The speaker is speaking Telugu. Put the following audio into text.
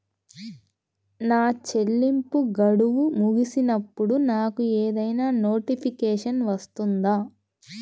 నా చెల్లింపు గడువు ముగిసినప్పుడు నాకు ఏదైనా నోటిఫికేషన్ వస్తుందా?